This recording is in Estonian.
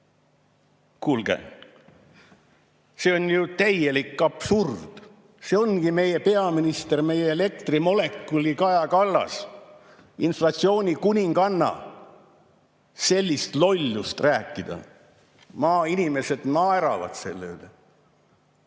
Kuulge, see on ju täielik absurd! See ongi meie peaminister, meie elektrimolekuli Kaja Kallas, inflatsiooni kuninganna. Sellist lollust rääkida! Maainimesed naeravad selle üle.